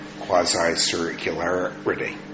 quasi-circularity